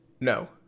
No